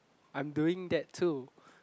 I'm doing that too